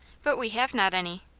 but we have not any.